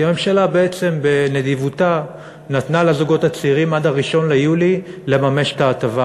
כי הממשלה בעצם בנדיבותה נתנה לזוגות הצעירים עד 1 ביולי לממש את ההטבה.